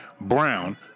brown